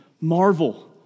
marvel